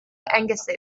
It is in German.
eingesetzt